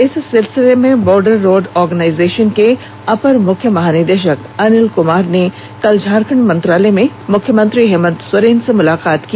इस सिलसिले में बॉर्डर रोड ऑर्गनाइजेशन के अपर पुलिस महानिदेशक अनिल कुमार ने कल झारखंड मंत्रालय में मुख्यमंत्री हेमंत सोरेन से मुलाकात की